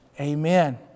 Amen